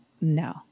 No